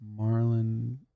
Marlon